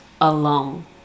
alone